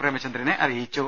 പ്രേ മചന്ദ്രനെ അറിയിച്ചു